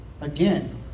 Again